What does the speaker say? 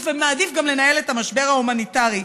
ומעדיף גם לנהל את המשבר ההומניטרי.